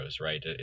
right